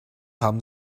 haben